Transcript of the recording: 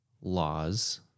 laws